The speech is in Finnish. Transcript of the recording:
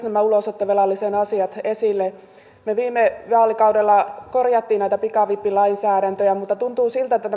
nämä ulosottovelallisen asiat esille me viime vaalikaudella korjasimme näitä pikavippilainsäädäntöjä mutta tuntuu siltä että